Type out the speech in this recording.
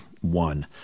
one